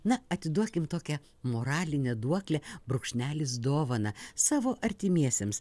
na atiduokim tokią moralinę duoklę brūkšnelis dovaną savo artimiesiems